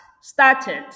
started